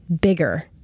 bigger